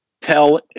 tell